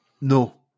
No